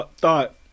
thought